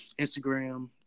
Instagram